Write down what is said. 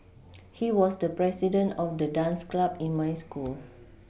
he was the president of the dance club in my school